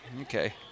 Okay